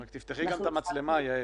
אנחנו אחד מבתי הדפוס הגדולים בתחום שלנו.